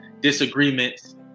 disagreements